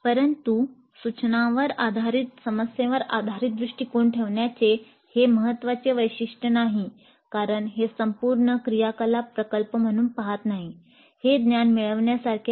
परंतु सूचनांवर आधारित समस्येवर आधारित दृष्टिकोन ठेवण्याचे हे महत्त्वाचे वैशिष्ट्य नाही कारण ते संपूर्ण क्रियाकलाप प्रकल्प म्हणून पाहत नाही हे ज्ञान मिळवण्यासारखे आहे